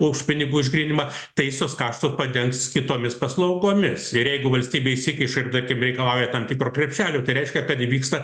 už pinigų išgryninimą tai visus kaštus padengs kitomis paslaugomis ir jeigu valstybė įsikiša ir tarkim reikalauja tam tikro krepšelio tai reiškia kad įvyksta